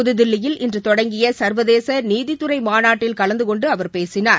புதுதில்லியில் இன்று தொடங்கிய சா்வதேச நீதித்துறை மாநாட்டில் கலந்து கொண்டு அவர் பேசினார்